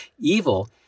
evil